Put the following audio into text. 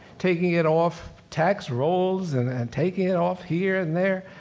taking it off tax rolls and and taking it off here and there,